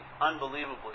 unbelievably